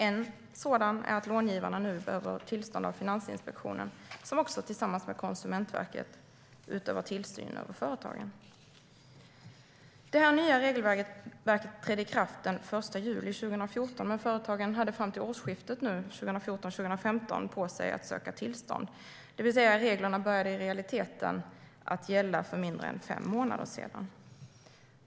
En sådan är att långivarna nu behöver tillstånd av Finansinspektionen, som tillsammans med Konsumentverket utövar tillsynen över företagen. Det nya regelverket träder i kraft den 1 juli 2014, men företagen hade fram till årsskiftet 2014/2015 på sig att söka tillstånd. Reglerna började alltså i realiteten att gälla för mindre än fem månader sedan.